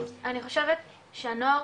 אני חושבת שהנוער